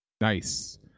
Nice